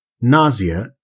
nausea